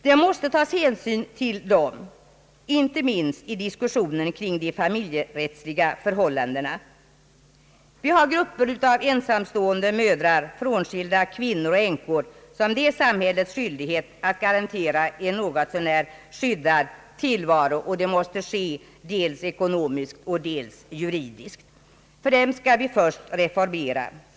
Man måste ta hänsyn till den gruppen, inte minst i diskussionen kring de familjerättsliga förhållandena. Det finns grupper av ensamstående mödrar, frånskilda kvinnor och änkor som det är samhällets skyldighet att garantera en något så när skyddad tillvaro, och det måste ske dels ekonomiskt och dels juridiskt. Det är för dem vi först skall reformera.